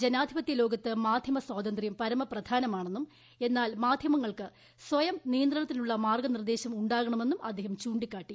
ജനാധിപത്യ ലോകത്ത് മാധ്യമ സ്വാതന്ത്രൃം പരമൃപ്പ്യാർനമാണെന്നും എന്നാൽ മാധ്യമങ്ങൾക്ക് സ്വയം നിയന്ത്രണത്തിനുള്ള മാർഗ നിർദ്ദേശം ഉണ്ടാകണമെന്നും അദ്ദേഹം ചൂണ്ടിക്കാട്ടി